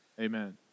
Amen